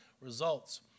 results